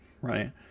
right